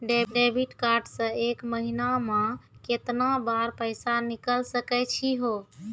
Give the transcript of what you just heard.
Debit card से एक महीना मा केतना बार पैसा निकल सकै छि हो?